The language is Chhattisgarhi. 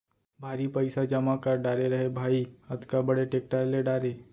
भारी पइसा जमा कर डारे रहें भाई, अतका बड़े टेक्टर ले डारे